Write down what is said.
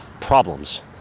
problems